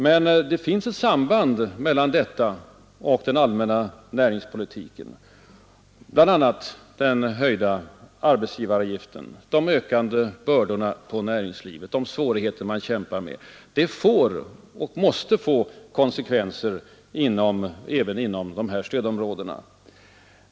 Men däremot finns ett samband mellan detta och socialdemokraternas negativa näringspolitik, bl.a. den höjda arbetsgivaravgiften, de ökande bördorna på näringslivet och de svårigheter detta kämpar med. Sådant får och måste få konsekvenser även inom stödområdet.